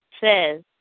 says